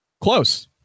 Close